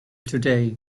today